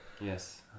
yes